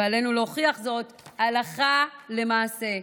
ועלינו להוכיח זאת הלכה למעשה.